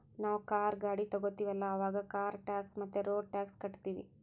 ನಾವ್ ಕಾರ್, ಗಾಡಿ ತೊಗೋತೀವಲ್ಲ, ಅವಾಗ್ ಕಾರ್ ಟ್ಯಾಕ್ಸ್ ಮತ್ತ ರೋಡ್ ಟ್ಯಾಕ್ಸ್ ಕಟ್ಟತೀವಿ